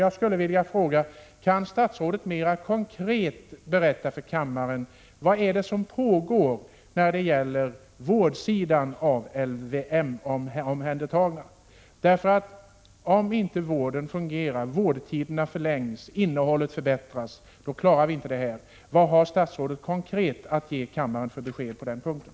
Jag skulle vilja fråga: Kan statsrådet mer konkret berätta för kammaren vad som pågår på vårdsidan när det gäller LYM-omhändertaganden? Om inte vården fungerar — om inte vårdtiderna förlängs och vårdens innehåll förbättras — klarar vi inte detta. Vad har statsrådet för konkret besked att ge kammaren på den punkten?